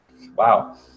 Wow